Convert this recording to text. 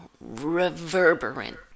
reverberant